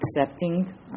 accepting